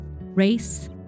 race